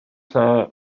lle